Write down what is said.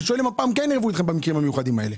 אני שואל האם הפעם כן ערבו אתכם במקרים המיוחדים האלה,